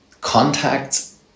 contacts